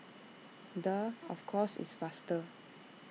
duh of course it's faster